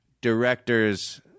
Directors